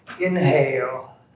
inhale